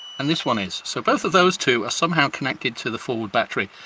and this one is. so both of those two are somehow connected to the forward battery,